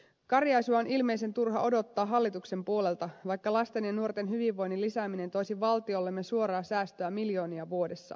karjaisua on ilmeisen turha odottaa hallituksen puolelta vaikka lasten ja nuorten hyvinvoinnin lisääminen toisi valtiollemme suoraa säästöä miljoonia vuodessa